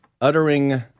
uttering